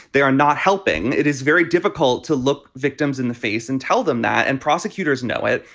they are not helping. it is very difficult to look victims in the face and tell them that. and prosecutors know it.